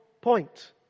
point